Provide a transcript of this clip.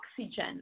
oxygen